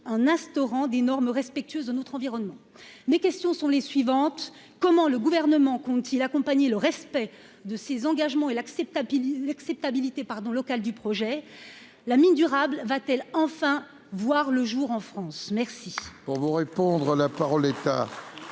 en instaurant des normes respectueuses de notre environnement, mes questions sont les suivantes : comment le gouvernement compte-t-il accompagner le respect de ses engagements et l'acceptabilité l'acceptabilité pardon local du projet, la mine durable va-t-elle enfin voir le jour en France, merci.